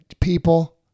people